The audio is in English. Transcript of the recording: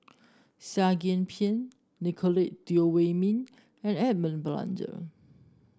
Seah Kian Peng Nicolette Teo Wei Min and Edmund Blundell